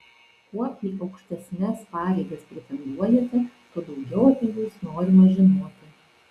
kuo į aukštesnes pareigas pretenduojate tuo daugiau apie jus norima žinoti